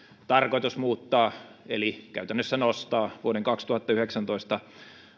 tarkoitus muuttaa eli käytännössä nostaa vuoden kaksituhattayhdeksäntoista